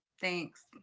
Thanks